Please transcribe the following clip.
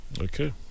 Okay